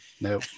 No